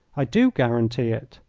i do guarantee it.